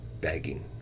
begging